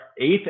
eighth